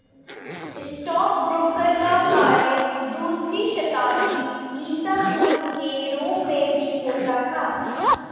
stockbroker का कार्य दूसरी शताब्दी ईसा पूर्व के रोम में भी होता था